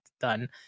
done